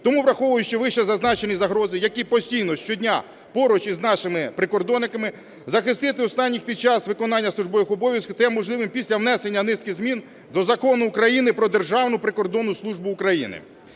Тому, враховуючи вищезазначені загрози, які постійно, щодня, поруч із нашими прикордонниками, захистити останніх під час виконання службових обов'язків стає можливим після внесення низки змін до Закону України "Про Державну прикордонну службу України".